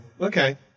okay